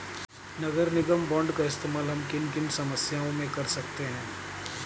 नगर निगम बॉन्ड का इस्तेमाल हम किन किन समस्याओं में कर सकते हैं?